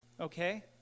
Okay